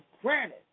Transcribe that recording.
granted